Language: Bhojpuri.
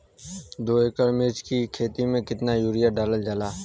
दो एकड़ मिर्च की खेती में कितना यूरिया डालल जाला?